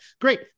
Great